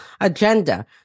agenda